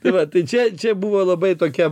tai va tai čia čia buvo labai tokia